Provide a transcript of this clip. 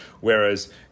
whereas